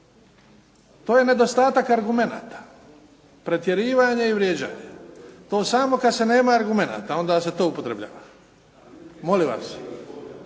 To je nedostatak argumenata. Pretjerivanje i vrijeđanje, to samo kad se nema argumenta onda se to upotrebljava. Molim vas,